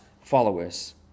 followers